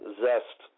zest